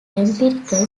empirical